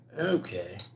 Okay